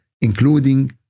including